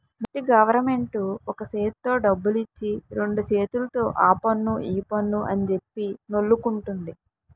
ముస్టి గవరమెంటు ఒక సేత్తో డబ్బులిచ్చి రెండు సేతుల్తో ఆపన్ను ఈపన్ను అంజెప్పి నొల్లుకుంటంది